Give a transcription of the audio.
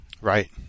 Right